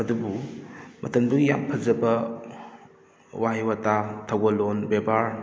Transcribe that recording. ꯑꯗꯨꯕꯨ ꯃꯇꯝꯗꯨꯒꯤ ꯌꯥꯝ ꯐꯖꯕ ꯋꯥꯍꯩ ꯋꯥꯇꯥ ꯊꯧꯒꯜꯂꯣꯟ ꯕꯦꯕꯥꯔ